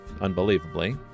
unbelievably